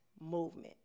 movement